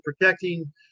protecting